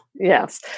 Yes